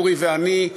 אורי ואני,